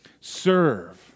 serve